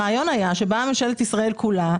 הרעיון היה שבאה ממשלת ישראל כולה,